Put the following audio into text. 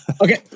Okay